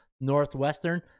Northwestern